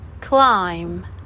climb